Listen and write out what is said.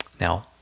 Now